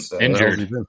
Injured